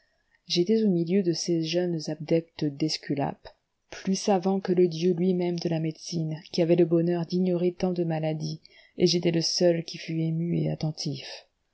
j'étais au milieu de ces jeunes adeptes d'esculape plus savants que le dieu lui-même de la médecine qui avait le bonheur d'ignorer tant de maladies et j'étais le seul qui fût ému et attentif